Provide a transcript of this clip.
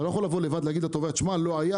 אתה לא יכול לבוא לבד ולהגיד לתובע לא היה,